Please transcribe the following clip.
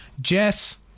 Jess